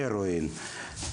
הרואין,